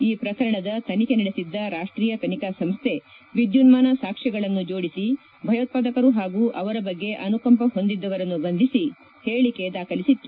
ಈ ಪ್ರಕರಣದ ತನಿಖೆ ನಡೆಸಿದ್ದ ರಾಷ್ಟೀಯ ತನಿಖಾ ಸಂಸ್ಥೆ ವಿದ್ಯುನ್ಮಾನ ಸಾಕ್ಷ್ವಗಳನ್ನು ಜೋಡಿಸಿ ಭಯೋತ್ವಾದಕರು ಹಾಗೂ ಅವರ ಬಗ್ಗೆ ಅನುಕಂಪ ಹೊಂದಿದ್ದವರನ್ನು ಬಂಧಿಸಿ ಹೇಳಕೆ ದಾಖಲಿಸಿತ್ತು